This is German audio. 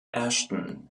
ashton